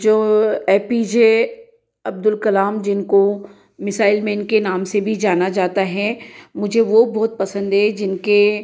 जो A P J Abdul Kalam जिनको missile man के नाम से भी जाना जाता है मुझे वो बहुत पसंद हैं जिनके